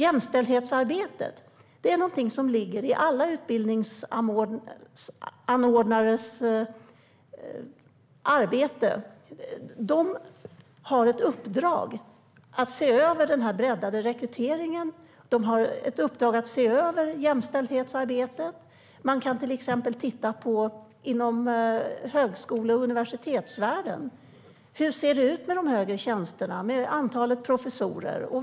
Jämställdhetsarbetet är någonting som alla utbildningsanordnare ska arbeta med. De har i uppdrag att se över den breddade rekryteringen och jämställdhetsarbetet. Inom högskole och universitetsvärlden kan man till exempel titta på: Hur ser det ut med de högre tjänsterna och antalet professorer?